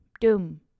doom